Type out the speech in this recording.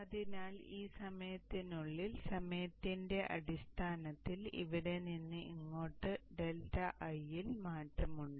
അതിനാൽ ഈ സമയത്തിനുള്ളിൽ സമയത്തിന്റെ അടിസ്ഥാനത്തിൽ ഇവിടെ നിന്ന് ഇങ്ങോട്ട് ∆IL ൽ മാറ്റമുണ്ട്